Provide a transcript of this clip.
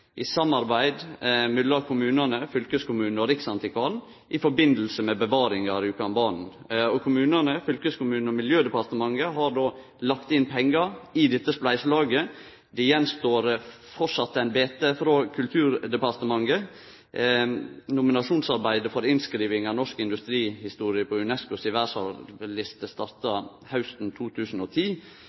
i samarbeid mellom kommunane, fylkeskommunen og riksantikvaren i samband med bevaring av Rjukanbanen. Kommunane, fylkeskommunen og Miljøverndepartementet har lagt inn pengar i dette spleiselaget. Det står framleis att ein bete frå Kulturdepartementet. Nominasjonsarbeidet for innskriving av norsk industrihistorie på UNESCO si verdsarvliste starta hausten 2010.